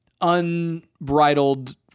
unbridled